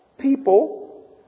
people